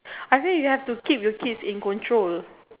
I think you have to keep your kids in control